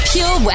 Pure